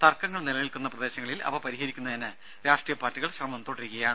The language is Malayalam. തർക്കങ്ങൾ നിലനിൽക്കുന്ന പ്രദേശങ്ങളിൽ അവ പരിഹരിക്കുന്നതിന് രാഷ്ട്രീയ പാർട്ടികൾ ശ്രമം തുടരുകയാണ്